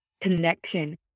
connection